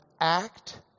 act